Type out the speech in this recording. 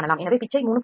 எனவே pitch யை 3